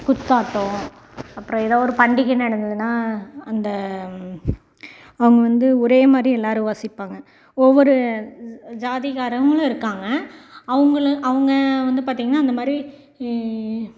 குத்தாட்டம் அப்புறோம் எதாது ஒரு பண்டிகை நடந்துதுன்னா அந்த அவங்க வந்து ஒரே மாதிரி எல்லோரும் வாசிப்பாங்க ஒவ்வொரு ஜாதிக்காரவுங்களும் இருக்காங்க அவங்களும் அவங்க வந்து பார்த்தீங்கன்னா அந்த மாதிரி இ